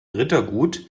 rittergut